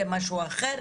זה משהו אחר.